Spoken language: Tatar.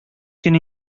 көн